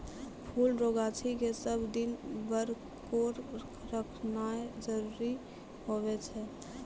फुल रो गाछी के सब दिन बरकोर रखनाय जरूरी हुवै छै